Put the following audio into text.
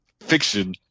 fiction